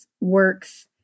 works